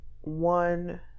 one